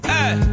Hey